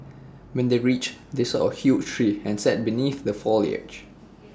when they reached they saw A huge tree and sat beneath the foliage